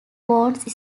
bronze